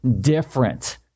different